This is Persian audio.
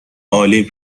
عالی